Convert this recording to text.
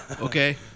Okay